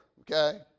okay